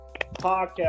podcast